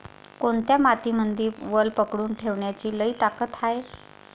कोनत्या मातीमंदी वल पकडून ठेवण्याची लई ताकद हाये?